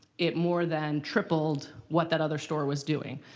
it more than tripled what that other store was doing.